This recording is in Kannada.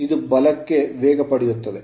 ಇದು ಬಲಕ್ಕೆ ವೇಗಪಡೆಯುತ್ತದೆ